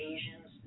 Asians